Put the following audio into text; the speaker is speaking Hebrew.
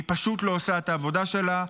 היא פשוט לא עושה את העבודה שלה.